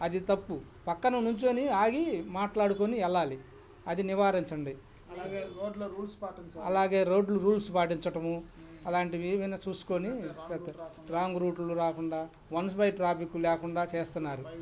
అది తప్పు పక్కన నుంచోని ఆగి మాట్లాడుకుని వెళ్ళాలి అది నివారించండి అలాగే రోడ్డులు రూల్స్ పాటించటము అలాంటివి ఏవైనా చూసుకుని రాంగ్ రూట్లో రాకుండా వన్స్ బై ట్రాఫిక్ లేకుండా చేస్తున్నారు